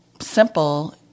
simple